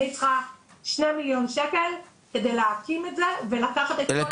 אני צריכה שני מיליון שקל כדי להקים את זה ולקחת את כל ה